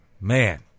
Man